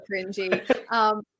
cringy